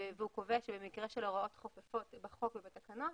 והוא קובע שבמקרה של הוראות חופפות בחוק ובתקנות,